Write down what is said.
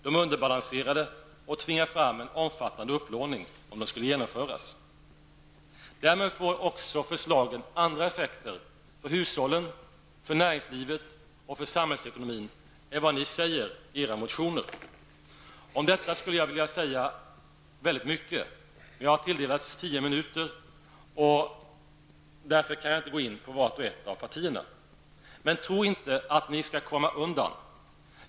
De är underbalanserade, och om de genomförs skulle de tvinga fram en omfattande upplåning. Därmed får förslagen också andra effekter för hushållen, näringslivet och samhällsekonomin än vad ni säger i era motioner. Om detta skulle jag vilja säga väldigt mycket. Men jag har tilldelats tio minuter. Därför kan jag inte gå in på vart och ett av partierna. Tro dock inte att ni skall komma undan.